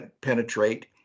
penetrate